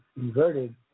inverted